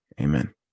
Amen